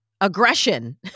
aggression